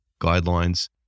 guidelines